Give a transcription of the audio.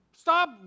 Stop